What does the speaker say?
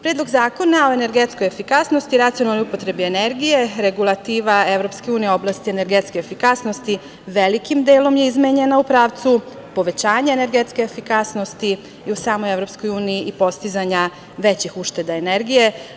Predlog zakona o energetskoj efikasnosti, racionalnoj upotrebi energije, regulativa EU u oblasti energetske efikasnosti velikim delom je izmenjena u pravcu povećanja energetske efikasnosti i u samoj EU i postizanja većih ušteda energije.